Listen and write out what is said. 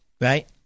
right